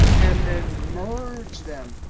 and then merge them.